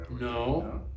No